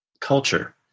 culture